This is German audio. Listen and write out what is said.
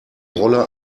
rolle